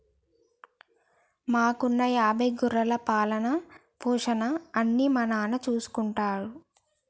మాకున్న యాభై గొర్రెల పాలన, పోషణ అన్నీ మా నాన్న చూసుకుంటారు